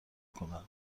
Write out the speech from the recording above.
کنه